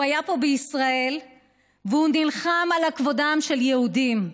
הוא היה פה בישראל והוא נלחם על כבודם של יהודים.